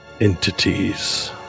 entities